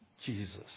Jesus